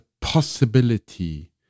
possibility